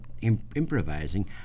improvising